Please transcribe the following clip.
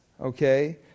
okay